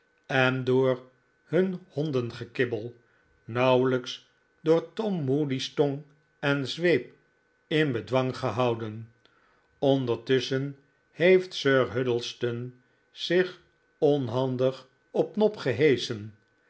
en door hun hondengekibbel nauwelijks door tom moody's tong en zweep in bedwang gehouden ondertusschen heeft sir huddlestone zich onhandig op nob geheschen